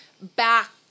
back